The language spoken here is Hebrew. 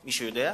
מישהו יודע?